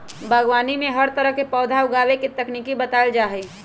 बागवानी में हर तरह के पौधा उगावे के तकनीक बतावल जा हई